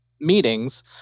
meetings